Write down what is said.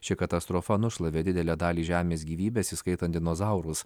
ši katastrofa nušlavė didelę dalį žemės gyvybės įskaitant dinozaurus